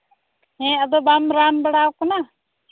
ᱦᱮᱸ ᱟᱫᱚ ᱵᱟᱢ ᱨᱟᱱ ᱵᱟᱲᱟᱣ ᱠᱟᱱᱟ